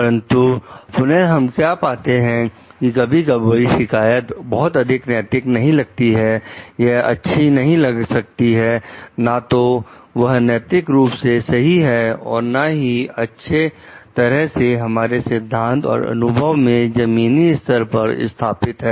परंतु पुनः हम क्या पाते हैं कि कभी कभी शिकायत बहुत अधिक नैतिक नहीं लगती हैं यह अच्छी नहीं लग सकती हैं ना तो वह नैतिक रुप से सही है और ना ही अच्छे तरह से हमारे सिद्धांत और अनुभव में जमीनी स्तर पर स्थापित है